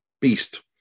beast